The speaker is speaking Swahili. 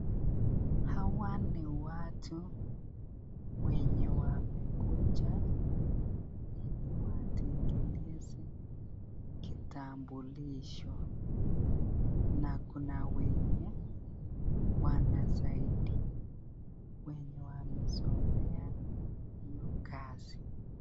Hawa ni watu wenye wamekuja ili watengeneze kitambulisho na kuna wenye wanasaidia wenye wamesomea hiyo kazi.